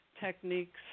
techniques